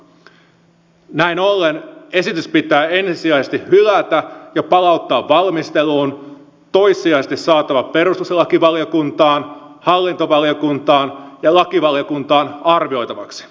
näin ollen esitys pitää ensisijaisesti hylätä ja palauttaa valmisteluun toissijaisesti saada perustuslakivaliokuntaan hallintovaliokuntaan ja lakivaliokuntaan arvioitavaksi